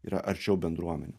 yra arčiau bendruomenių